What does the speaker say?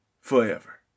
forever